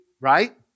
right